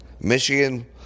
Michigan